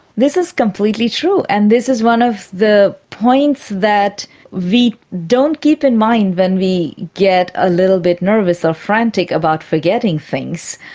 this is completely true, and this is one of the points that we don't keep in mind when we get a little bit nervous or frantic about forgetting things.